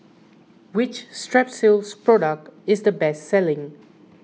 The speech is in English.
which Strepsils product is the best selling